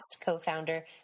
co-founder